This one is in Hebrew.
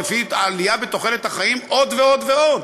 לפי העלייה בתוחלת החיים, עוד ועוד ועוד.